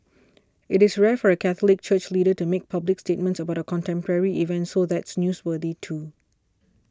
it's rare for a Catholic church leader to make public statements about a contemporary event so that's newsworthy too